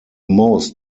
most